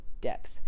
depth